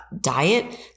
diet